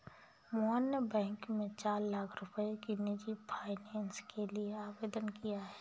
मोहन ने बैंक में चार लाख रुपए की निजी फ़ाइनेंस के लिए आवेदन किया है